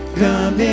come